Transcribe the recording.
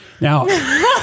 Now